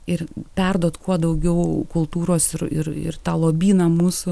ir perduot kuo daugiau kultūros ir ir tą lobyną mūsų